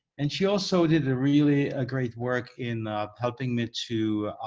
and she also did, ah really, a great work in helping me to